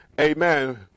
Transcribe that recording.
amen